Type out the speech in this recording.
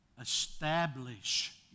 Establish